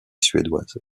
suédoise